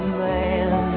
man